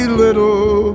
little